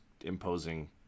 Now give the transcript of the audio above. imposing